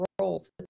roles